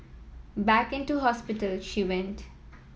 back into hospital she went